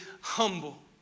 humble